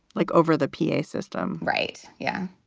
like over the p a. system. right. yeah.